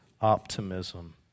optimism